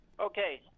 Okay